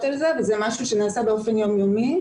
על זה וזה משהו שנעשה באופן יום יומי,